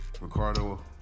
Ricardo